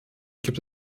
gibt